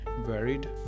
varied